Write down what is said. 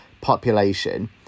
population